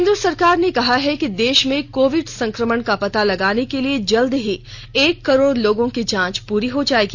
केंद्र सरकार ने कहा कि देश में कोविड संक्रमण का पता लगाने के लिए जल्दी ही एक करोड़ लोगों की जांच पूरी हो जायेगी